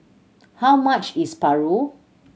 how much is Paru